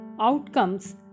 outcomes